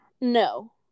no